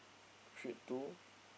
Shrek Two